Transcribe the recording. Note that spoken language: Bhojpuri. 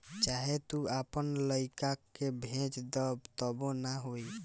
चाहे तू आपन लइका कअ भेज दअ तबो ना होई